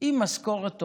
עם משכורת טובה,